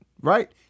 right